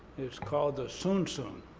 it's called the zunzun.